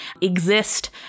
exist